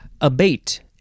Abate